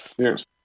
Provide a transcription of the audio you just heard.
cheers